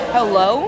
Hello